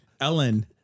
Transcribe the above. Ellen